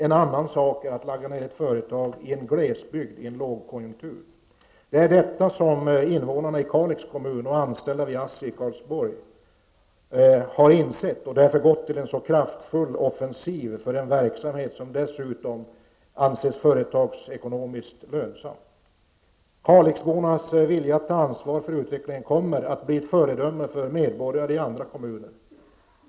En annan sak är att lägga ned ett företag i en glesbygd under en lågkonjuktur. Det är detta som invånarna i Kalix kommun och anställda vid ASSI i Karlsborg har insett och därför gått till en så kraftfull offensiv för en verksamhet som dessutom anses företagsekonomiskt lönsam. Kalixbornas vilja att ta ansvar för utvecklingen kommer att bli ett föredöme för medborgare i andra kommuner.